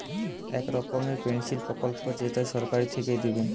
এক রকমের পেনসন প্রকল্প যেইটা সরকার থিকে দিবে